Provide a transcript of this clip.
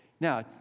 Now